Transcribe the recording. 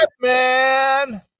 man